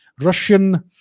russian